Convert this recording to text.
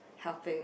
helping